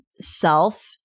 self